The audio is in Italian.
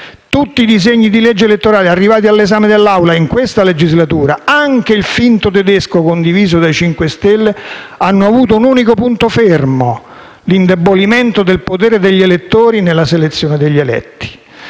Tutti i disegni di legge elettorali arrivati all'esame dell'Assemblea in questa legislatura, anche il finto modello tedesco condiviso dal Movimento 5 Stelle, hanno avuto un unico punto fermo: l'indebolimento del potere degli elettori nella selezione degli eletti.